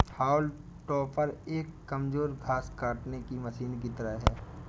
हाउल टॉपर एक कमजोर घास काटने की मशीन की तरह है